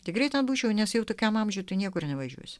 tikrai būčiau nes jau tokiam amžiuje tai niekur nevažiuosiu